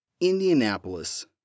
Indianapolis